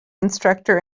instructor